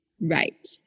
right